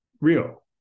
real